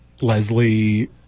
Leslie